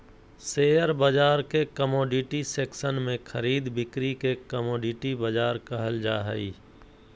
share बाजार के commodity section में खरीद बिक्री के कमोडिटी बाजार कहल जा हइ